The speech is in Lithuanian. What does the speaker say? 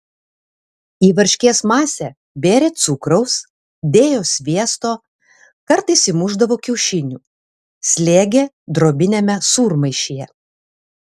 į varškės masę bėrė cukraus dėjo sviesto kartais įmušdavo kiaušinių slėgė drobiniame sūrmaišyje